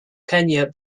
kenya